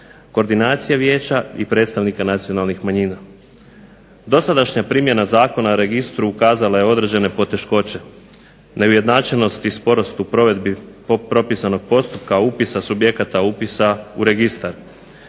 koordinacije vijeća i predstavnika nacionalnih manjina. Dosadašnja primjena Zakona o registru ukazala je na određene poteškoće: neujednačenost i sporost u provedbi propisanog postupka upisa subjekata upisa u registar.